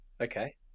Okay